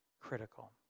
Critical